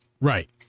Right